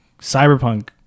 cyberpunk